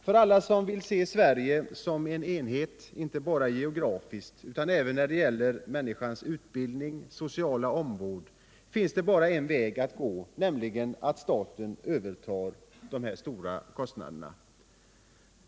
För alla som vill se Sverige som en enhet, inte bara geografiskt utan även när det gäller människornas utbildning och sociala omvårdnad, finns det bara en väg att gå, nämligen att staten övertar de stora utgiftsposterna.